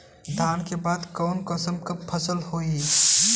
धान के बाद कऊन कसमक फसल होई?